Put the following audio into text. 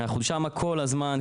אנחנו שם כל הזמן,